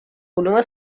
unua